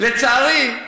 לצערי,